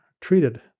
treated